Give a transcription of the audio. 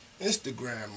Instagram